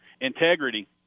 integrity